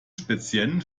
speziellen